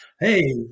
hey